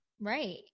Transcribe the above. Right